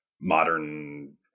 modern